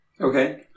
Okay